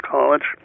College